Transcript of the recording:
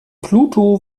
pluto